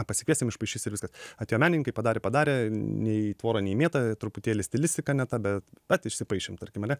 pasikviesim išpaišys ir viskas atėjo menininkai padarė padarė nei į tvorą nei į mietą truputėlį stilistika ne ta bet bet išsipaišėm tarkim ane